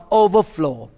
overflow